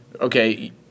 Okay